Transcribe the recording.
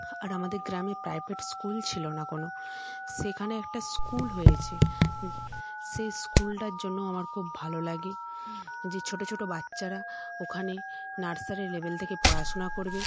আর আমাদের গ্রামে private school ছিলো না কোন সেখানে একটা স্কুল হয়েছে সেই স্কুলটার জন্য আমার খুব ভালো লাগে যে ছোটো ছোটো বাচ্চারা ওখানে নার্সারী লেভেল থেকে পড়াশোনা করবে